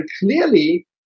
clearly